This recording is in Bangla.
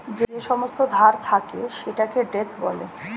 যেই সমস্ত ধার থাকে সেটাকে ডেট বলে